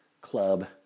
club